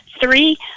three